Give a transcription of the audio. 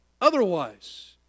otherwise